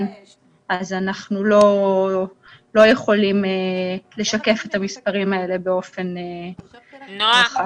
ואנחנו לא יכולים לשקף את המספרים האלה באופן --- נועה,